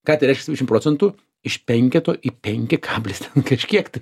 ką tai reiškia septyešim procentų iš penketo į penki kablis kažkiek tai